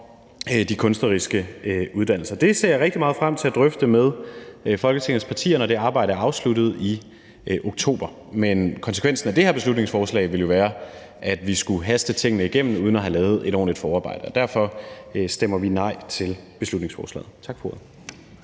for de kunstneriske uddannelser. Det ser jeg rigtig meget frem til at drøfte med Folketingets partier, når det arbejde er afsluttet i oktober. Men konsekvensen af det her beslutningsforslag ville jo være, at vi skulle haste tingene igennem uden at have lavet et ordentligt forarbejde. Derfor stemmer vi nej til beslutningsforslaget. Tak for ordet.